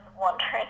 wondering